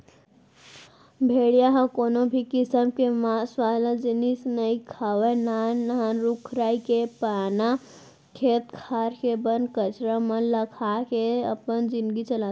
भेड़िया ह कोनो भी किसम के मांस वाला जिनिस नइ खावय नान नान रूख राई के पाना, खेत खार के बन कचरा मन ल खा के अपन जिनगी चलाथे